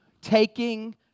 Taking